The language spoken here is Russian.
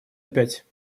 опять